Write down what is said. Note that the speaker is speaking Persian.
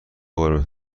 قرمه